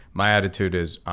my attitude is,